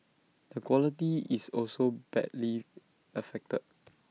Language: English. the quality is also badly affected